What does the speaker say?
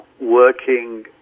working